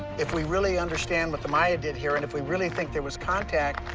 if we really understand what the maya did here and if we really think there was contact,